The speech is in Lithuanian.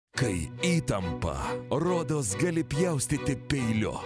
kai įtampą rodos gali pjaustyti peiliu